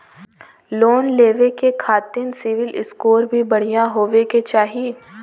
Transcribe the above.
Loan लेवे के खातिन सिविल स्कोर भी बढ़िया होवें के चाही?